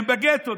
הם בגטו.